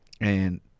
and-